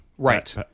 Right